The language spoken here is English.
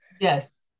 Yes